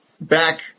back